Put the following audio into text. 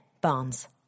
Barnes